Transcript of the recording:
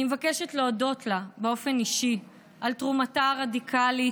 אני מבקשת להודות לה באופן אישי על תרומתה הרדיקלית,